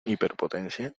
hiperpotencia